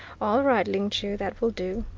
all right, ling chu, that will do.